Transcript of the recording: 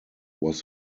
was